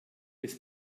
des